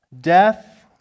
death